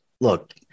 Look